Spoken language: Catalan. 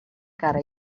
cara